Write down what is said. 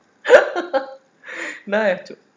now I have to